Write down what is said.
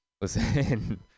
listen